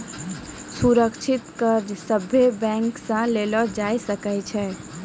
सुरक्षित कर्ज सभे बैंक से लेलो जाय सकै छै